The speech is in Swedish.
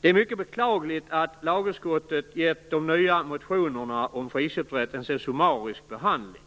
Det är mycket beklagligt att lagutskottet gett de nya motionerna om friköpsrätt en så summarisk behandling.